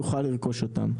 יוכל לרכוש אותן.